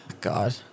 God